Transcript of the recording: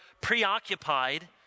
preoccupied